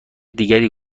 دیگری